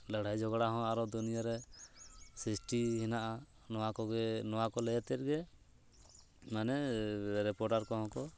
ᱞᱟᱹᱲᱦᱟᱹᱭ ᱡᱷᱚᱜᱽᱲᱟ ᱦᱚᱸ ᱟᱨᱚ ᱫᱩᱱᱤᱭᱟᱹᱨᱮ ᱥᱤᱥᱴᱤ ᱦᱮᱱᱟᱜᱼᱟ ᱱᱚᱣᱟ ᱠᱚᱜᱮ ᱱᱚᱣᱟ ᱠᱚ ᱞᱟᱹᱭ ᱟᱛᱮᱫ ᱜᱮ ᱢᱟᱱᱮᱻ ᱨᱤᱯᱳᱴᱟᱨ ᱠᱚᱦᱚᱸ ᱠᱚ